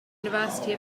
university